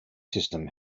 system